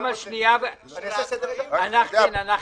אדוני.